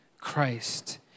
Christ